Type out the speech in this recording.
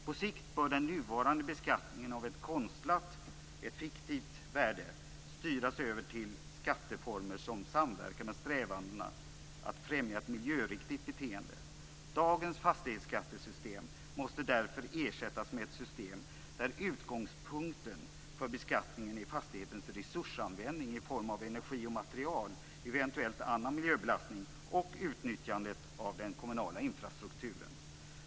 På sikt bör den nuvarande beskattningen av ett konstlat, fiktivt, värde styras över till skatteformer som samverkar med strävandena att främja ett miljöriktigt beteende. Dagens fastighetsskattesystem måste därför ersättas med ett system där utgångspunkten för beskattningen är fastighetens användning av resurser i form av energi och material, eventuell annan miljöbelastning och utnyttjandet av den kommunala infrastrukturen.